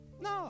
no